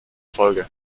folge